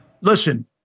listen